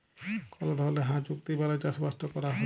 call ধরলের হাঁ চুক্তি বালায় চাষবাসট ক্যরা হ্যয়